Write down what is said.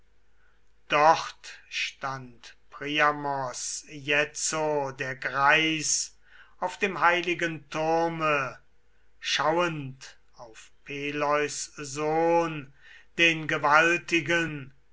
dort stand priamos jetzo der greis auf dem heiligen turme schauend auf peleus sohn den gewaltigen